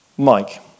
Mike